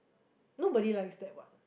nobody likes that what